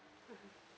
mmhmm